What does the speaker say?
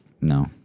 No